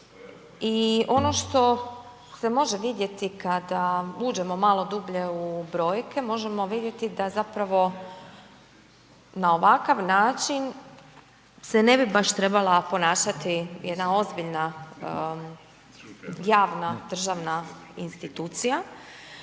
I ono što se može vidjeti kada uđemo malo dublje u brojke, možemo vidjeti da zapravo na ovakav način se ne bi baš trebala ponašati jedna ozbiljna javna državna institucija.